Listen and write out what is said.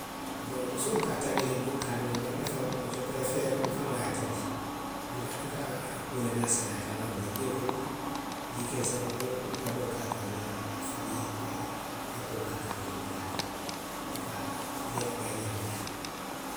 Nboŋ musoolu ka a tabi le moolu ka a domo, bari nte faŋo duŋ se perefeeri nfaŋo ye a tabi. Nka, nka. a kuu le niŋ a seneyaata, nŋa bula jio kono, jii keseŋo kono, nŋa jaboo ke a kaŋ, nŋa a faji nŋa koo ke a kaŋ, nŋa, nŋa a domo. Nte ka. pulee ka diiyaa nňe wo le ňaama